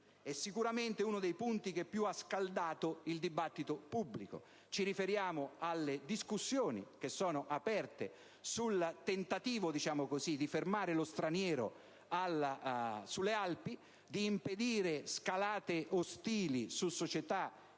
sicuramente, uno dei punti che più ha scaldato il dibattito pubblico. Ci riferiamo alle discussioni aperte in ordine al tentativo di «fermare lo straniero» sulle Alpi, di impedire scalate ostili su società